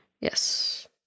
yes